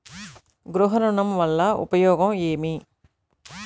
గృహ ఋణం వల్ల ఉపయోగం ఏమి?